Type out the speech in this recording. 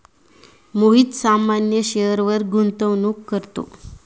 मोहित सामान्य शेअरवर गुंतवणूक करतो